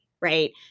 right